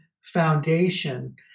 foundation